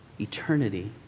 eternity